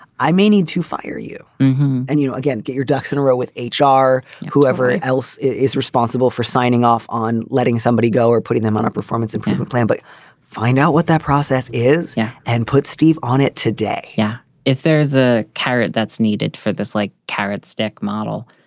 i may need to fire you and you again get your ducks in a row with h r. whoever else is responsible for signing off on letting somebody go or putting them on a performance improvement plan. but find out what that process is yeah and put steve on it today. yeah if there's a carrot that's needed for this like carrot stick model,